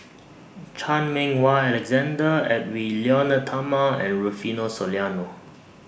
Chan Meng Wah Alexander Edwy Lyonet Talma and Rufino Soliano